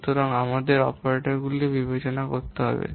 সুতরাং আমাদের অপারেশনগুলিও বিবেচনা করতে হবে